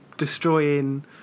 Destroying